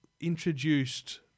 introduced